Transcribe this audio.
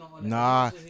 nah